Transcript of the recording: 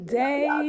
day